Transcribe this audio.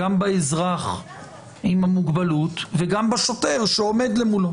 גם באזרח עם המוגבלות וגם בשוטר שעומד מולו